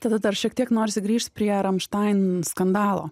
tada dar šiek tiek norisi grįžt prie ramštain skandalo